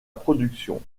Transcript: production